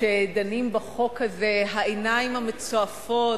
כשדנים בחוק הזה: העיניים המצועפות,